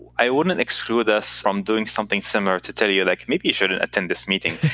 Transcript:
i wouldn't exclude us from doing something similar, to tell you, like maybe you shouldn't attend this meeting.